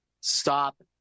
stop